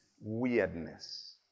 Weirdness